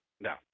No